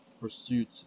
pursuit